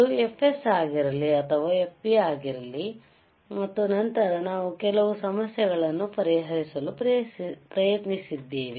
ಇದು Fs ಆಗಿರಲಿ ಅಥವಾ ಇದು Fp ಆಗಿರಲಿ ಮತ್ತು ನಂತರ ನಾವು ಕೆಲವು ಸಮಸ್ಯೆಗಳನ್ನು ಪರಿಹರಿಸಲು ಪ್ರಯತ್ನಿಸಿದ್ದೇವೆ